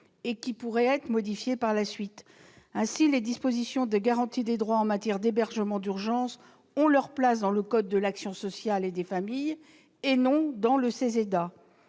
et qui pourraient être modifiés dans le futur. Ainsi, les dispositions portant garantie des droits en matière d'hébergement d'urgence ont leur place dans le code de l'action sociale et des familles, et non dans le CESEDA.